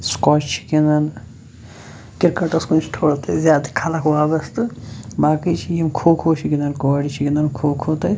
سُکوٛاچ چھِ گِنٛدان کِرکَٹَس کُن چھِ تھوڑا تتہِ زیادٕ خلق وابستہٕ باقٕے چھِ یِم کھوٚو کھوٚو چھِ گِنٛدان کورِ چھِ گِنٛدان کھوٚو کھوٚو تَتہِ